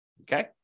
Okay